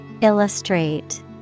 Illustrate